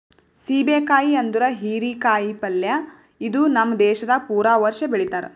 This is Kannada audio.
ಸೀಬೆ ಕಾಯಿ ಅಂದುರ್ ಹೀರಿ ಕಾಯಿ ಪಲ್ಯ ಇದು ನಮ್ ದೇಶದಾಗ್ ಪೂರಾ ವರ್ಷ ಬೆಳಿತಾರ್